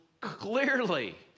clearly